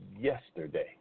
yesterday